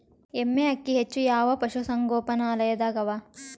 ಎಮ್ಮೆ ಅಕ್ಕಿ ಹೆಚ್ಚು ಯಾವ ಪಶುಸಂಗೋಪನಾಲಯದಾಗ ಅವಾ?